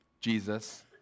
Jesus